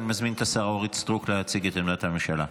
אני מזמין את השרה אורית סטרוק להציג את עמדת הממשלה.